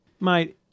Mate